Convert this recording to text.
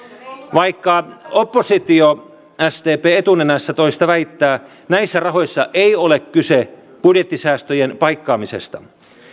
vaikka oppositio sdp etunenässä toista väittää näissä rahoissa ei ole kyse budjettisäästöjen paikkaamisesta